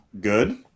Good